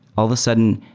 all of a sudden,